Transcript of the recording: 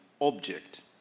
object